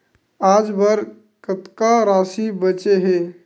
आज बर कतका राशि बचे हे?